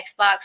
Xbox